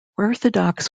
orthodox